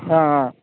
ஆ ஆ